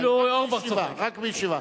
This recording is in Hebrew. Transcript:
רק בישיבה.